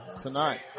Tonight